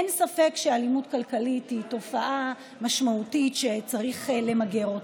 אין ספק שאלימות כלכלית היא תופעה משמעותית שצריך למגר,